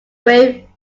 wave